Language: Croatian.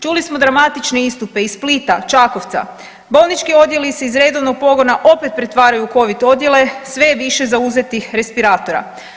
Čuli samo dramatične istupe iz Splita, Čakovca, bolnički odjeli se iz redovnog pogona opet pretvaraju u Covid odjela, sve je više zauzetih respiratora.